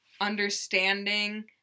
understanding